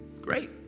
Great